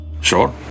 Sure